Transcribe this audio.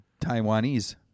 Taiwanese